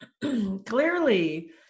clearly